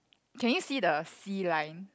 can you see the sea line